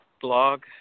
blog